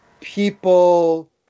people